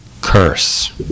curse